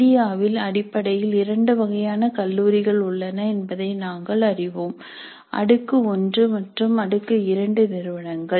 இந்தியாவில் அடிப்படையில் இரண்டு வகையான கல்லூரிகள் உள்ளன என்பதை நாங்கள் அறிவோம் அடுக்கு 1 மற்றும் அடுக்கு 2 நிறுவனங்கள்